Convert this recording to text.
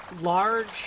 large